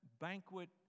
banquet